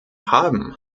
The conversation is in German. haben